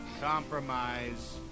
Compromise